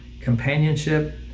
companionship